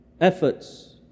efforts